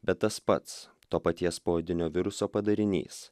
bet tas pats to paties poodinio viruso padarinys